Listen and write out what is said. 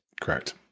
Correct